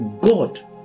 God